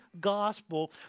gospel